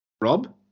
rob